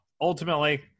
ultimately